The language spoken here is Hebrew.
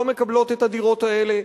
לא מקבלים את הדירות האלה,